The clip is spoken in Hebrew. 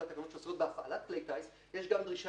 שאלה התקנות שאסורות בהפעלת כלי טיס יש גם דרישה